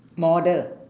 model